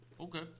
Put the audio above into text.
Okay